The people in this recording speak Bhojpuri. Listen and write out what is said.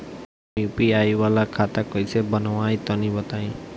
हम यू.पी.आई वाला खाता कइसे बनवाई तनि बताई?